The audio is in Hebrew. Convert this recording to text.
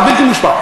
הוא בלתי מושפע.